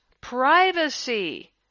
privacy